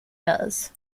does